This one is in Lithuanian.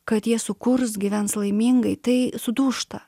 kad jie sukurs gyvens laimingai tai sudūžta